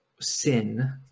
sin